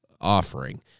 offering